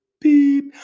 beep